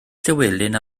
llywelyn